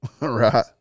Right